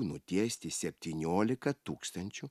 nutiesti septyniolika tūkstančių